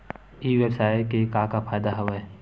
ई व्यवसाय के का का फ़ायदा हवय?